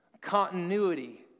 continuity